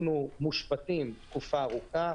אנחנו מושבתים תקופה ארוכה.